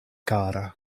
kara